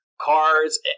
cars